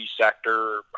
sector